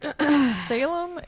Salem